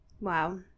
wow